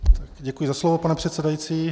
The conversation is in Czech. Děkuji za slovo, pane předsedající.